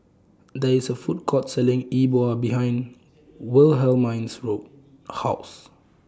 There IS A Food Court Selling E Bua behind Wilhelmine's Road House